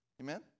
Amen